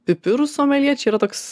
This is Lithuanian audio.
pipirų someljė čia yra toks